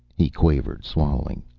he quavered, swallowing.